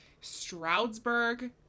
Stroudsburg